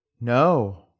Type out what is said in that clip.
No